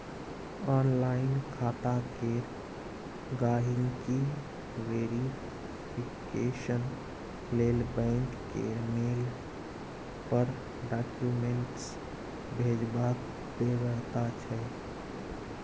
online खाता केर गांहिकी वेरिफिकेशन लेल बैंक केर मेल पर डाक्यूमेंट्स भेजबाक बेगरता छै